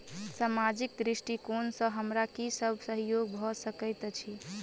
सामाजिक दृष्टिकोण सँ हमरा की सब सहयोग भऽ सकैत अछि?